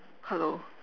hello